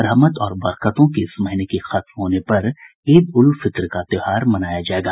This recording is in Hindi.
रहमत और बरकतों के इस महीने के खत्म होने पर ईद उल फितर का त्योहार मनाया जायेगा